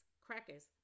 crackers